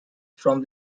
from